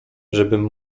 żebym